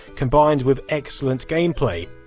combined with excellent gameplay.